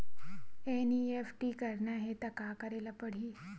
NEFT करना हे त का करे ल पड़हि?